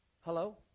Hello